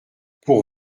pour